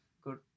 good